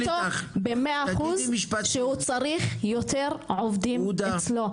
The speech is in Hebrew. ב-100% שהוא צריך יותר עובדים אצלו.